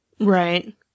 Right